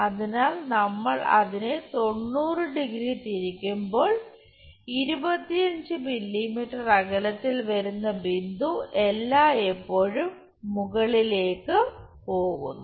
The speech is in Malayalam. അതിനാൽ നമ്മൾ അതിനെ 90 ഡിഗ്രി 90° തിരിക്കുമ്പോൾ 25 മില്ലീമീറ്റർ അകലത്തിൽ വരുന്ന ബിന്ദു എല്ലായ്പ്പോഴും മുകളിലേക്ക് പോകുന്നു